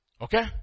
okay